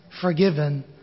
forgiven